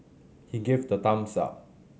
he gave the thumbs up